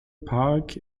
park